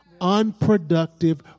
unproductive